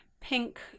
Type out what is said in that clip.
pink